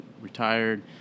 retired